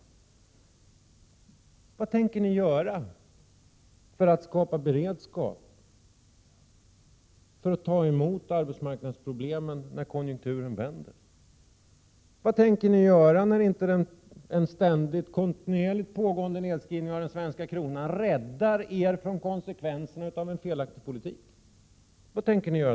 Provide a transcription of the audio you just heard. Vad tänker ni göra för att skapa beredskap för att ta emot arbetsmarknadsproblemen när konjunkturen vänder? Vad tänker ni göra när inte en kontinuerligt pågående nedskrivning av den svenska kronan räddar er från konsekvenserna av en felaktig politik?